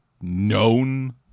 known